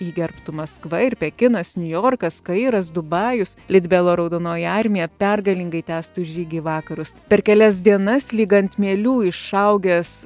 jį gerbtų maskva ir pekinas niujorkas kairas dubajus litbelo raudonoji armija pergalingai tęstų žygį į vakarus per kelias dienas lyg ant mielių išaugęs